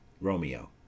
Romeo